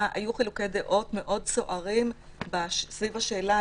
היו חילוקי דעות מאוד סוערים סביב השאלה,